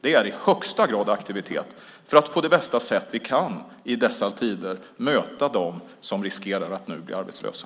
Det är i högsta grad aktivitet för att på det bästa sätt vi kan i dessa tider möta dem som riskerar att nu bli arbetslösa.